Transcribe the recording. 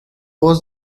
was